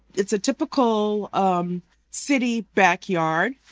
it's a typical um city backyard.